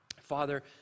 Father